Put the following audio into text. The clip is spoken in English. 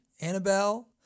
Annabelle